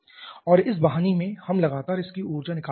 और इस वाहिनी में हम लगातार इसकी ऊर्जा निकालते रहते हैं